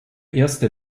erste